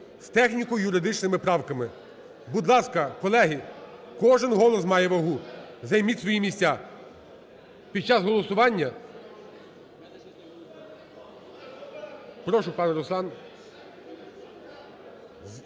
з техніко-юридичними правками. Будь ласка, колеги, кожен голос має вагу. Займіть свої місця. Під час голосування... Прошу, пане Руслан,